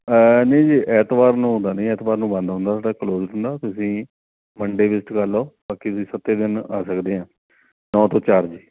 ਨਹੀਂ ਜੀ ਐਤਵਾਰ ਨੂੰ ਤਾਂ ਨਹੀਂ ਐਤਵਾਰ ਨੂੰ ਬੰਦ ਹੁੰਦਾ ਸਾਡਾ ਕਲੋਜ ਹੁੰਦਾ ਤੁਸੀਂ ਮੰਡੇ ਵਿਜਿਟ ਕਰ ਲਓ ਬਾਕੀ ਤੁਸੀਂ ਸੱਤ ਦਿਨ ਆ ਸਕਦੇ ਆ ਨੌ ਤੋਂ ਚਾਰ ਜੀ